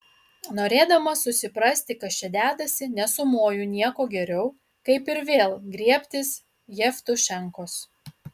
norėdamas susiprasti kas čia dedasi nesumoju nieko geriau kaip ir vėl griebtis jevtušenkos